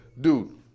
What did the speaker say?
dude